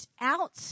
out